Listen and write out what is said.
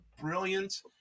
brilliant